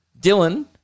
Dylan